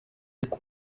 umuntu